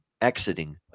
exiting